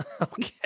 Okay